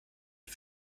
die